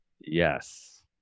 yes